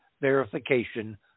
verification